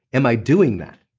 am i doing that?